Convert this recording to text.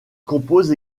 compose